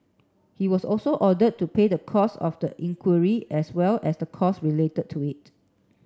he was also ordered to pay the costs of the inquiry as well as the costs related to it